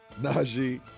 Najee